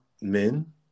men